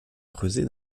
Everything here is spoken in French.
creusées